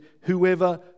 whoever